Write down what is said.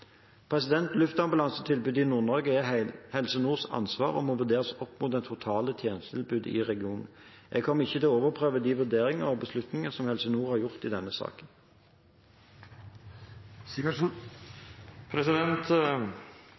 Luftambulansetilbudet i Nord-Norge er Helse Nords ansvar og må vurderes opp mot det totale tjenestetilbudet i regionen. Jeg kommer ikke til å overprøve de vurderinger og beslutninger Helse Nord har gjort i denne saken.